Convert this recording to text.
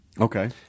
Okay